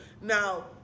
Now